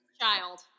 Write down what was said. Child